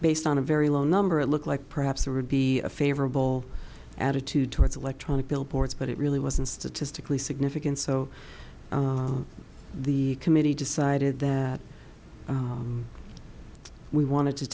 based on a very low number it looked like perhaps there would be a favorable attitude towards electronic billboards but it really wasn't statistically significant so the committee decided that we wanted to